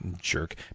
Jerk